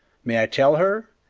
may i tell her?